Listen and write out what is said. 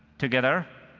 together,